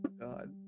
God